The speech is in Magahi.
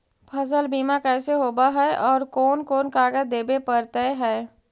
फसल बिमा कैसे होब है और कोन कोन कागज देबे पड़तै है?